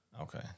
Okay